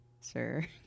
sir